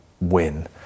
win